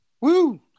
Woo